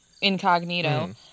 incognito